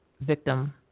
victim